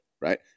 right